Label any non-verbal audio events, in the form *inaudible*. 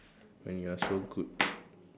when you are so good *noise*